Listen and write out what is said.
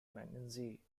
mackenzie